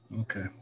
Okay